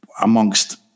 amongst